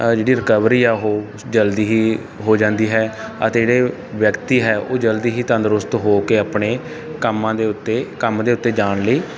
ਜਿਹੜੀ ਰਿਕਵਰੀ ਆ ਉਹ ਜਲਦੀ ਹੀ ਹੋ ਜਾਂਦੀ ਹੈ ਅਤੇ ਜਿਹੜੇ ਵਿਅਕਤੀ ਹੈ ਉਹ ਜਲਦੀ ਹੀ ਤੰਦਰੁਸਤ ਹੋ ਕੇ ਆਪਣੇ ਕੰਮਾਂ ਦੇ ਉੱਤੇ ਕੰਮ ਦੇ ਉੱਤੇ ਜਾਣ ਲਈ